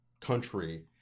country